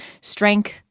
Strength